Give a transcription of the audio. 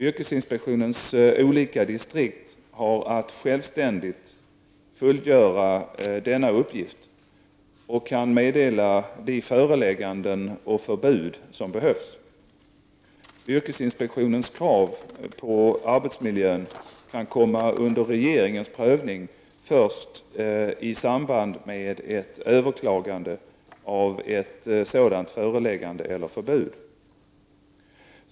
Yrkesinspektionens olika distrikt har att självständigt fullgöra denna uppgift och kan meddela de förelägganden och förbud som behövs. Yrkesinspektionens krav på arbetsmiljön kan komma un der regeringens prövning först i samband med ett överklagande av ett sådant föreläggande eller förbud.